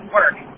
work